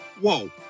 whoa